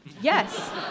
Yes